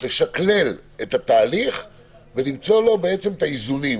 לשקלל את התהליך ולמצוא לו בעצם את האיזונים.